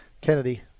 Kennedy